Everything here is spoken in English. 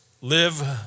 live